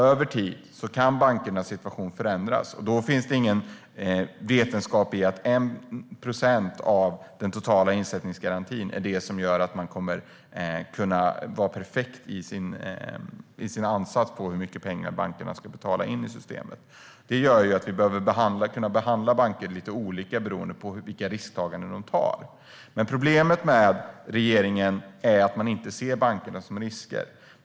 Över tid kan bankernas situation förändras, och då finns det ingen vetenskap i att 1 procent av den totala insättningsgarantin är det som gör att man kommer att kunna vara perfekt i sin ansats när det gäller hur mycket pengar bankerna ska betala in i systemet. Detta gör att vi behöver kunna behandla banker lite olika beroende på vilka risker de tar. Problemet är att regeringen inte ser bankerna som risker.